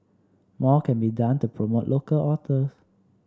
more can be done to promote local authors